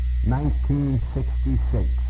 1966